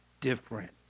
different